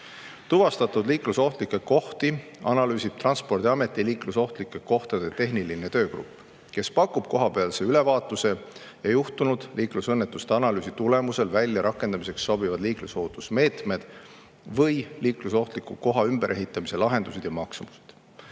Tuvastatud liiklusohtlikke kohti analüüsib Transpordiameti liiklusohtlike kohtade tehniline töögrupp, kes pakub kohapealse ülevaatuse ja juhtunud liiklusõnnetuste analüüsi tulemusel välja rakendamiseks sobivad liiklusohutusmeetmed või liiklusohtliku koha ümberehitamise lahendused ja maksumused.